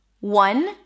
One